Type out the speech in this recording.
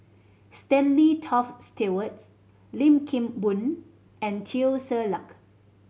Stanley Toft Stewart Lim Kim Boon and Teo Ser Luck